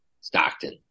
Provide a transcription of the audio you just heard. Stockton